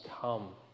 come